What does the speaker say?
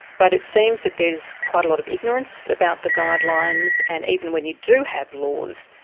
but it seems that there is quite a lot of ignorance about the guidelines, and even when you do have laws,